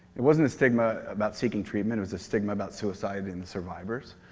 it wasn't a stigma about seeking treatment, it was a stigma about suicide and survivors.